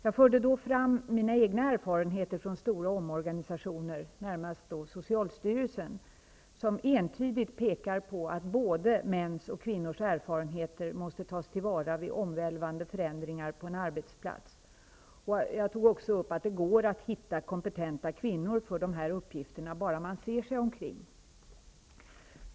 Jag förde då fram mina egna erfarenheter från stora omorganisationer, närmast då den inom socialstyrelsen, som entydigt pekar på att både mäns och kvinnors erfarenheter måste tas till vara vid omvälvande förändringar på en arbetsplats. Jag nämnde också då att det går att hitta kompetenta kvinnor för dessa uppgifter, bara man ser sig omkring.